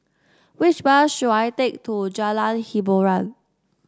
which bus should I take to Jalan Hiboran